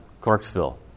Clarksville